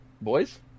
Boys